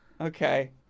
okay